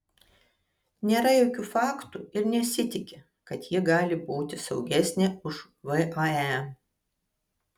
nėra jokių faktų ir nesitiki kad ji gali būti saugesnė už vae